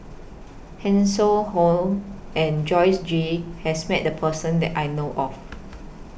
Hanson Ho and Joyce Jue has Met The Person that I know of